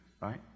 right